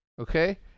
okay